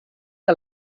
que